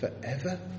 forever